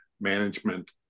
management